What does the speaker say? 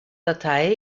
datei